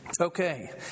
okay